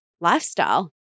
lifestyle